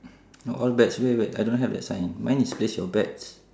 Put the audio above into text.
no all bets wait wait I don't have that sign mine is place your bets